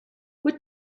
what